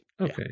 Okay